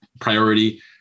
priority